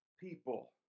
people